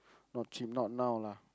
not cheap not now lah